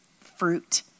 fruit